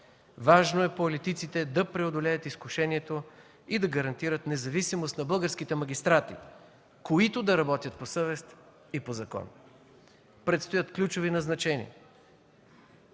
Важно е политиците да преодолеят изкушението и да гарантират независимост на българските магистрати, които да работят по съвест и по закон. Предстоят ключови назначения,